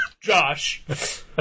Josh